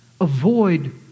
avoid